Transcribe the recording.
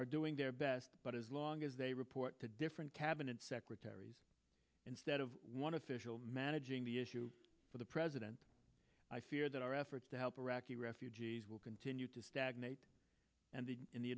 are doing their best but as long as they report to different cabinet secretaries instead of one official managing the issue for the president i fear that our efforts to help iraqi refugees will continue to stagnate and the in the